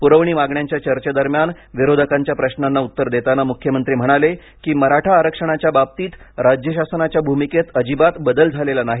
पुरवणी मागण्यांच्या चर्चेदरम्यान विरोधकांच्या प्रश्नांना उत्तर देताना मुख्यमंत्री म्हणाले की मराठा आरक्षणाच्या बाबतीत राज्य शासनाच्या भूमिकेत अजिबात बदल झालेला नाही